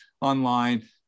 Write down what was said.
online